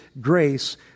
grace